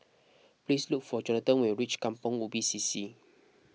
please look for Johnathan when you reach Kampong Ubi C C